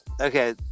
Okay